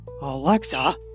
Alexa